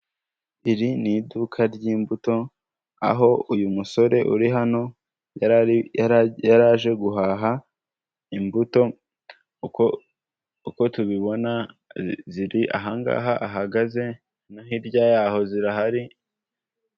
Iri ni iduka ry'imbuto aho uyu musore uri hano yaraje guhaha imbuto uko tubibona ziri ahangaha ahagaze no hirya y'aho zirahari.